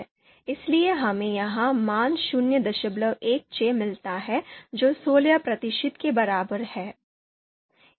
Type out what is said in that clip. इसलिए हमें यह मान 016 मिलता है जो सोलह प्रतिशत के बराबर है